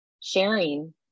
sharing